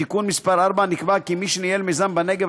בתיקון מס' 4 נקבע כי מי שניהל מיזם בנגב